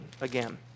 again